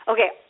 Okay